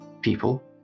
people